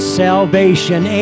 salvation